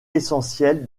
essentiel